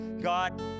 God